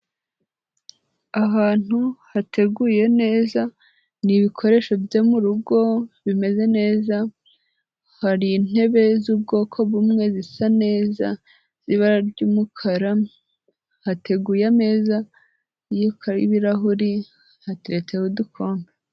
Ahantu hateguye neza ni ibikoresho byo mu rugo bimeze neza, hari intebe z'ubwoko bumwe zisa neza, ibara ry'umukara, hateguye ameza y'ibirahuri, hateretseho udukombe.